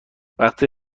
وقتی